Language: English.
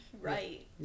right